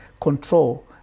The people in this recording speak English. control